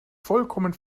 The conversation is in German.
vollkommen